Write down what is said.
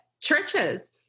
Churches